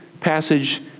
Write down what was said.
passage